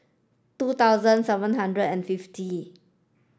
two thousand seven hundred and fifty